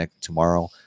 tomorrow